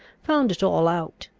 found it all out.